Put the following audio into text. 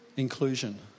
Inclusion